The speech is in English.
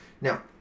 now